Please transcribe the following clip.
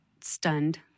stunned